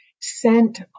sent